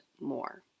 more